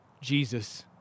Jesus